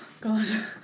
God